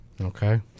Okay